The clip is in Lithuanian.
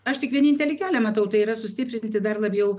aš tik vienintelį kelią matau tai yra sustiprinti dar labiau